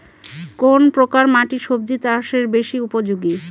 কোন প্রকার মাটি সবজি চাষে বেশি উপযোগী?